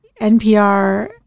NPR